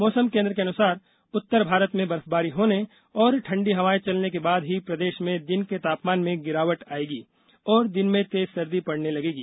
मौसम केन्द्र के अनुसार उत्तर भारत में बर्फबारी होने और ठंडी हवाएं चलने के बाद ही प्रदेश में दिन के तापमान में गिरावट आयेगी और दिन में तेज सर्दी पड़ने लगेगी